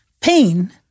pain